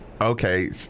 okay